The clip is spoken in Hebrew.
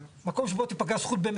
למה צריך להתעכב כל כך הרבה זמן.